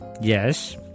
Yes